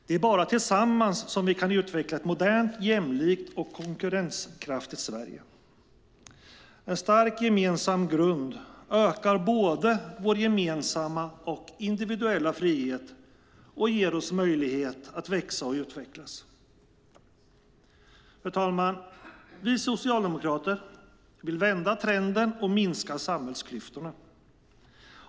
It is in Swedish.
Det är bara tillsammans som vi kan utveckla ett modernt, jämlikt och konkurrenskraftigt Sverige. En stark gemensam grund ökar både vår gemensamma frihet och vår individuella frihet och ger oss möjlighet att växa och utvecklas. Fru talman! Vi socialdemokrater vill vända trenden och minska samhällsklyftorna.